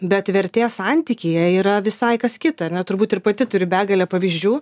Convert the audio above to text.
bet vertės santykyje yra visai kas kita ar ne turbūt ir pati turi begalę pavyzdžių